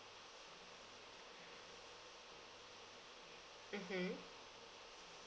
mmhmm